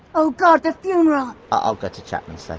oh god, the funeral! i'll go to chapman's, like